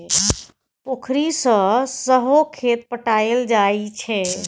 पोखरि सँ सहो खेत पटाएल जाइ छै